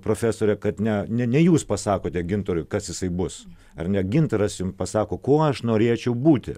profesore kad ne ne ne jūs pasakote gintarui kas jisai bus ar ne gintaras jums pasako kuo aš norėčiau būti